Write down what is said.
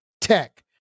Tech